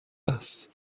است